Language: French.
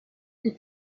elle